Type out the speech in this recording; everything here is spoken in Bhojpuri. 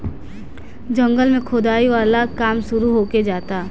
जंगल में खोदाई वाला काम शुरू होखे जाता